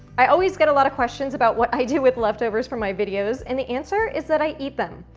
i always get a lot of questions about what i do with leftovers from my videos, and the answer is that i eat them.